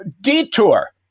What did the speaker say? detour